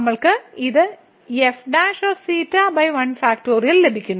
നമ്മൾക്ക് ഇത് ലഭിക്കുന്നു